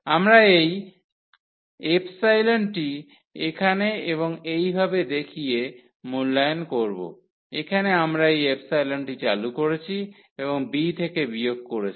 আমরা এই টি এখানে এবং এইভাবে দেখিয়ে মূল্যায়ন করব এখানে আমরা এই টি চালু করেছি এবং b থেকে বিয়োগ করেছি